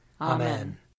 Amen